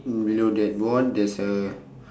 mm below that board there's a